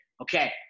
okay